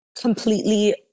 completely